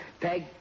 Peg